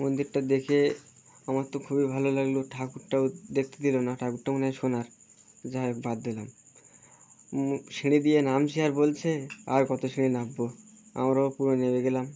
মন্দিরটা দেখে আমার তো খুবই ভালো লাগলো ঠাকুরটাও দেখতে দিলো না ঠাকুরটা মনে হয় সোনার যাইহোক বাদ দিলাম সিঁড়ি দিয়ে নামছি আর বলছে আর কত সিঁড়ি নামবো আমরাও পুরো সিঁড়ি নেমে গেলাম